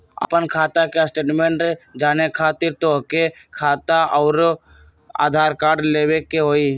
आपन खाता के स्टेटमेंट जाने खातिर तोहके खाता अऊर आधार कार्ड लबे के होइ?